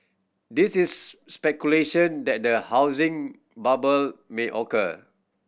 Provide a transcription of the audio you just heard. these is speculation that the housing bubble may occur